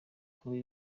kuba